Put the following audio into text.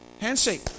Handshake